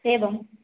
एवं